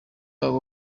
babo